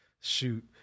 shoot